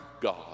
God